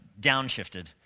downshifted